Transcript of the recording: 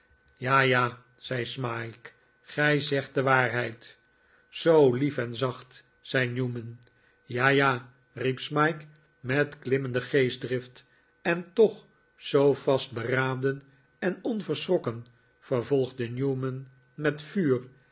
ja ja riep smike gij zegt de waarheid zoo lief en zacht zei newman ja ja riep smike met klimmende geestdrift en toch zoo vastberaden en onverschrokken vervolgde newman met vuur